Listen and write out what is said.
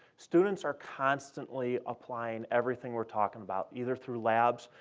students are constantly applying everything we're talking about, either through labs,